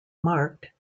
marked